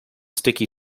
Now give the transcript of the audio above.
sticky